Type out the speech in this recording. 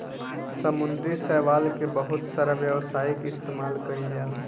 समुंद्री शैवाल के बहुत सारा व्यावसायिक इस्तेमाल कईल जाला